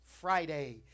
Friday